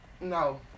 No